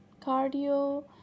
cardio